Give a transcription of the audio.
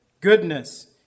goodness